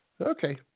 Okay